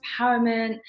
empowerment